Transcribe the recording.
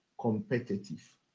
competitive